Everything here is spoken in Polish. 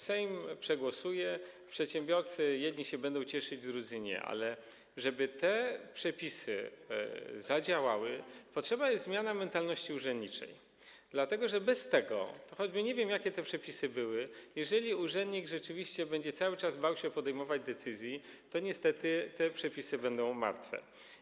Sejm to przegłosuje, jedni przedsiębiorcy będą się cieszyć, drudzy nie, ale żeby te przepisy zadziałały, potrzebna jest zmiana mentalności urzędniczej, dlatego że bez tego, choćby nie wiem, jakie te przepisy by były, jeżeli urzędnik rzeczywiście cały czas będzie bał się podejmować decyzje, niestety te przepisy będą martwe.